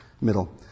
Middle